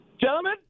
gentlemen